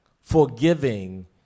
forgiving